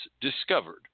discovered